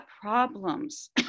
problems